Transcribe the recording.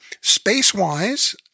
Space-wise –